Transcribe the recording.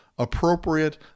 appropriate